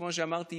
כמו שאמרתי,